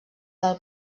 del